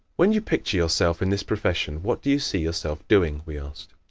when you picture yourself in this profession what do you see yourself doing? we asked.